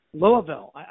Louisville